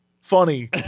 funny